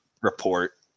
report